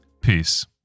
Peace